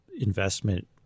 investment